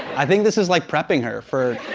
i think this is, like, prepping her for